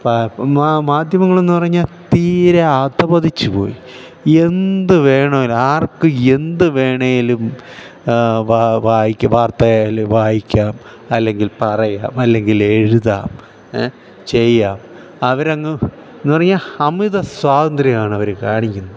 പ മാധ്യമങ്ങളെന്ന് പറഞ്ഞാൽ തീരെ ആധപതിച്ചു പോയി എന്ത് വേമെങ്കിലും ആർക്ക് എന്ത് വേണമെങ്കിലും വായിക്കാം വാർത്തയിൽ വായിക്കാം അല്ലെങ്കിൽ പറയാം അല്ലെങ്കിൽ എഴുതാം ഏ ചെയ്യാം അവർ അങ്ങ് എന്നു പറഞ്ഞാൽ അമിത സ്വാതന്ത്ര്യമാണ് അവർ കാണിക്കുന്നത്